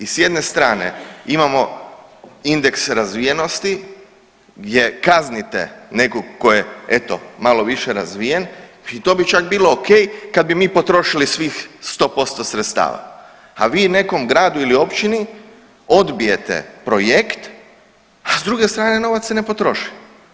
I s jedne strane imamo indeks razvijenosti gdje kaznite nekog tko je eto malo više razvijen i to bi čak bilo ok kad bi mi potrošili svih 100% sredstava, a vi nekom gradu ili općini odbijete projekt, a s druge strane novac se ne potroši.